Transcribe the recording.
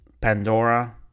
Pandora